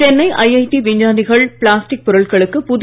Chennai IIT விஞ்ஞானிகள் plastic பொருட்களுக்கு புதிய